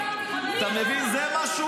מי אמר את זה?